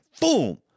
Boom